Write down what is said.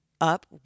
up